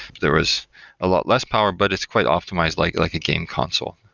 there was a lot less power, but it's quite optimized like like a game console,